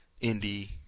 Indy